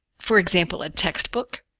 for example, a textbook,